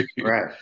Right